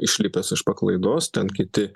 išlipęs iš paklaidos ten kiti